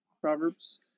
Proverbs